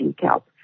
help